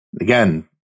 again